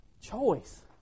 Choice